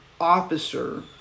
officer